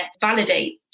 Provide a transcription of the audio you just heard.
validate